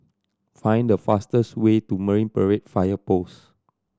find the fastest way to Marine Parade Fire Post